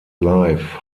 life